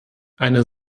eine